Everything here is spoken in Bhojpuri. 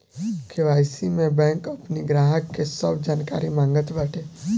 के.वाई.सी में बैंक अपनी ग्राहक के सब जानकारी मांगत बाटे